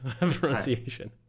pronunciation